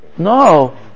No